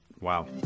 Wow